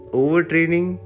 overtraining